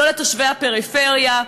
לא לתושבי הפריפריה,